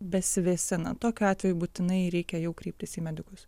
besivėsinant tokiu atveju būtinai reikia jau kreiptis į medikus